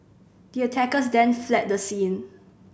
the attackers then fled the scene